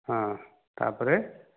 ହଁ ତା'ପରେ